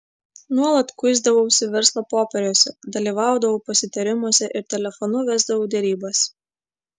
nuolat kuisdavausi verslo popieriuose dalyvaudavau pasitarimuose ir telefonu vesdavau derybas